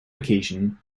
occasion